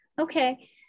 okay